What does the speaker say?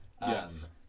Yes